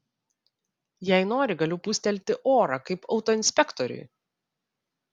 jei nori galiu pūstelti orą kaip autoinspektoriui